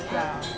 ya